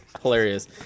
hilarious